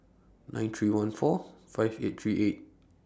nine three one four five eight three eight